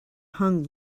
hung